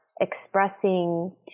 expressing